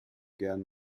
gern